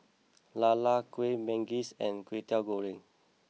Lala Kueh Manggis and Kway Teow Goreng